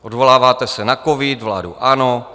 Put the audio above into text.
Odvoláváte se na covid, vládu ANO.